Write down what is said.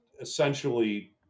essentially